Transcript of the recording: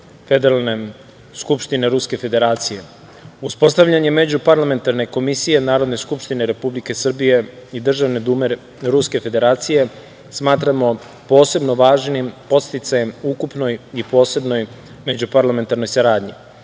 Federalne skupštine Ruske Federacije. Uspostavljanje Međuparlamentarne komisije Narodne skupštine Republike Srbije i Državne dume Ruske Federacije smatramo posebno važnim podsticajem u ukupnoj i posebnoj međuparlamentarnoj saradnji. Još